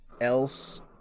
else